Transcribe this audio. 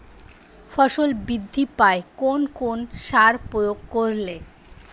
ফসল বৃদ্ধি পায় কোন কোন সার প্রয়োগ করলে?